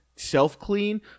self-clean